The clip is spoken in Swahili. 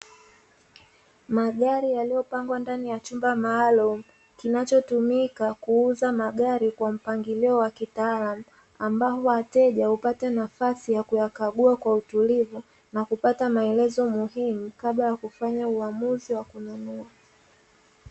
Magari yaliyopangwa ndani ya chumba maalumu, kinachotumika kuuza magari kwa mpangilio wa kitaalamu. Ambapo wateja hupata nafasi na kukagua kwa utulivu na kupata maelezo muhimu kabla ya kufanya uamuzi wa kununua.